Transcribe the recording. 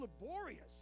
laborious